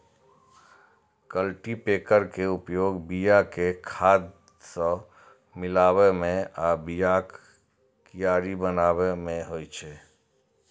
cultipacker के उपयोग बिया कें खाद सं मिलाबै मे आ बियाक कियारी बनाबै मे होइ छै